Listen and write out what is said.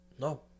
No